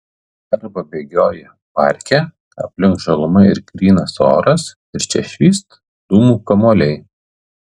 arba bėgioji parke aplink žaluma ir grynas oras ir čia švyst dūmų kamuoliai